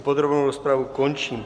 Podrobnou rozpravu končím.